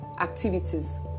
activities